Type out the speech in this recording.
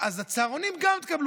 אז גם על הצהרונים תקבלו.